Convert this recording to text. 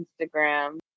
Instagram